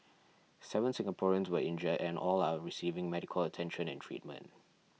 seven Singaporeans were injured and all are receiving medical attention and treatment